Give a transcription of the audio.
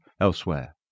elsewhere